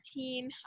14